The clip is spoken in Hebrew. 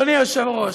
אדוני היושב-ראש,